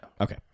Okay